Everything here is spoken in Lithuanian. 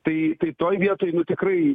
tai tai toj vietoj tikrai